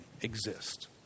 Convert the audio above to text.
exist